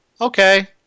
Okay